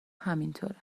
همینطوره